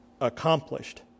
accomplished